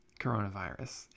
coronavirus